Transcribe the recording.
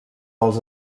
els